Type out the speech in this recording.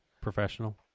professional